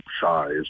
size